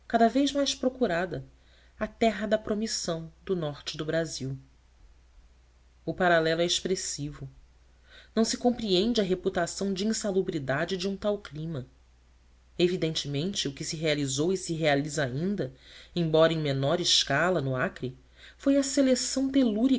cada vez mais procurada a terra da promissão do norte do brasil o paralelo é expressivo não se compreende a reputação de insalubridade de um tal clima evidentemente o que se realizou e se realiza ainda embora em menor escala no acre foi a seleção